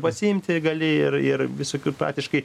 pasiimti gali ir ir visokių praktiškai